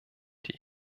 die